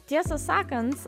tiesą sakant